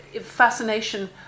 fascination